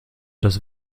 das